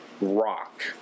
rock